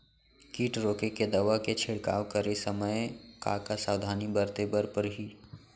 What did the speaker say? किट रोके के दवा के छिड़काव करे समय, का का सावधानी बरते बर परही?